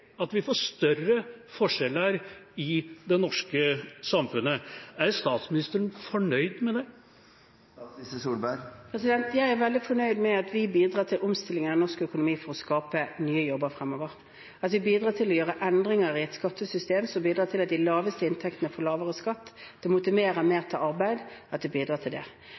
at vi får større forskjeller i det norske samfunnet. Er statsministeren fornøyd med det? Jeg er veldig fornøyd med at vi bidrar til omstilling av norsk økonomi for å skape nye jobber fremover. Vi bidrar til å gjøre endringer i skattesystemet som bidrar til at de med de laveste inntektene får lavere skatt, og det motiverer mer til arbeid at vi bidrar til det.